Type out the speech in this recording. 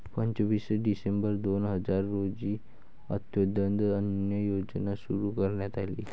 पंचवीस डिसेंबर दोन हजार रोजी अंत्योदय अन्न योजना सुरू करण्यात आली